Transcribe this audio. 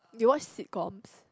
you watch sitcoms